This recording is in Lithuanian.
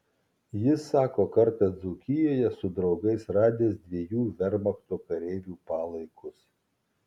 jis sako kartą dzūkijoje su draugais radęs dviejų vermachto kareivių palaikus